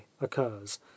occurs